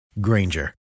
Granger